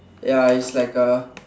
ya is like a